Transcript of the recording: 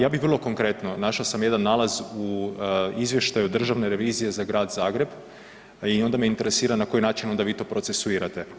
Ja bih vrlo konkretno, našao sam jedan nalaz u izvještaju Državne revizije za Grad Zagreb i onda me interesira na koji način onda vi to procesuirate.